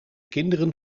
kinderen